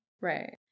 Right